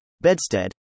Bedstead